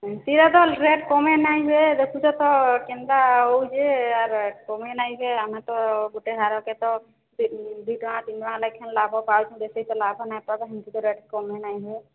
ସେନ୍ତିର ତ ରେଟ୍ କମାଇ ନାହିଁ ହୁଏ ଦେଖୁଛ ତ କେନ୍ତା ହେଉଛେ ଆର ରେଟ୍ କମାଇ ନାହିଁ କେ ଆମେ ତ ଗୋଟିଏ ହାରକେ ତ ଦି ଟଙ୍କା ତିନି ଟଙ୍କା ଲେଖେନ୍ ଲାଭ ପାଉଛୁ ବେଶି ତ ଲାଭ ନାହିଁ ପରା ସେନ୍ତି କେ ରେଟ୍ କମାଇ ନାହିଁ ହେ